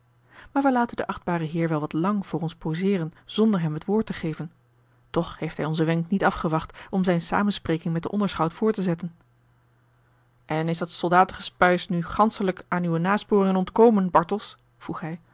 wij laten den achtbaren heer wel wat lang voor ons poseeren zonder hem het woord te geven toch heeft hij onzen wenk niet afgewacht om zijne samenspreking met den onderschout voort te zetten en is dat soldatengespuis nu ganschelijk aan uwe nasporingen ontkomen bartels